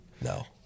No